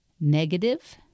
negative